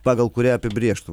pagal kurią apibrėžtų